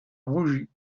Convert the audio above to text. rougi